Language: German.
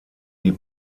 die